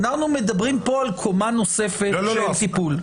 אנחנו מדברים פה על קומה נוספת של טיפול.